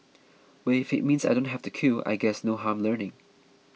we if it means I don't have to queue I guess no harm learning